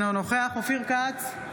אינו נוכח אופיר כץ,